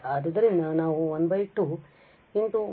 ಆದ್ದರಿಂದ ನಾವು1 21s2